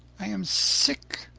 i am sick,